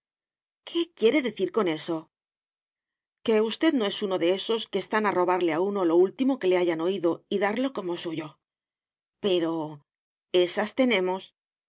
qué quiere usted decir con eso que usted no es uno de esos que están a robarle a uno lo último que le hayan oído y darlo como suyo pero ésas tenemos